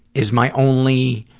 is my only